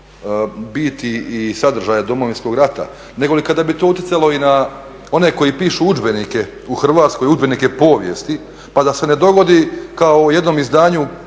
biti i sadržaja Domovinskog rata nego li kada bi to utjecalo i na one koji pišu udžbenike u Hrvatskoj, udžbenike povijesti pa da se ne dogodi kao u jednom izdanju